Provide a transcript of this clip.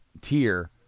tier